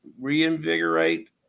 Reinvigorate